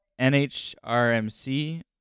NHRMC